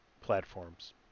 platforms